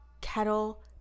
kettle